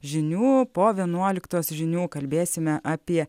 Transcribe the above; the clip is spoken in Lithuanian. žinių po vienuoliktos žinių kalbėsime apie